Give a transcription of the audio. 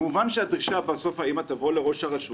כמובן שבסוף האימא תבוא לראש הרשות.